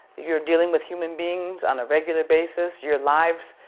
you're dealing with human beings on a regular basis. your lives,